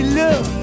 look